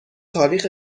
تاریخ